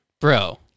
Bro